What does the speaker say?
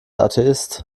atheist